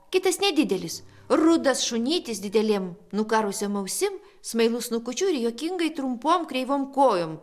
kitas nedidelis rudas šunytis didelėm nukarusiom ausim smailu snukučiu ir juokingai trumpom kreivom kojom